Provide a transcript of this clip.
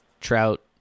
Trout